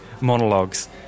monologues